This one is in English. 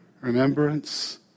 Remembrance